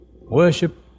worship